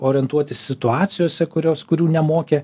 orientuotis situacijose kurios kurių nemokė